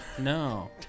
No